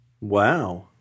Wow